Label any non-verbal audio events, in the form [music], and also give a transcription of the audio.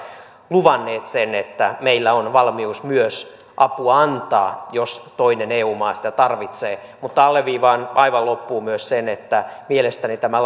luvanneet sen että meillä on valmius myös apua antaa jos toinen eu maa sitä tarvitsee mutta alleviivaan aivan loppuun myös sen että mielestäni tämä [unintelligible]